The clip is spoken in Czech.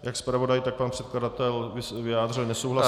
Jak zpravodaj, tak pan předkladatel vyjádřili nesouhlas.